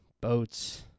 boats